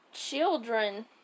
children